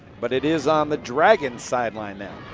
but it is on the dragons sideline now.